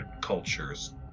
cultures